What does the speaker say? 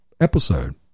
episode